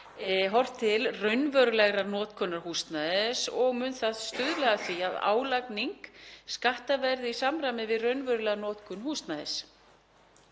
horft til raunverulegrar notkunar húsnæðis og mun það stuðla að því að álagning skatta verði í samræmi við raunverulega notkun húsnæðis.